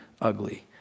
ugly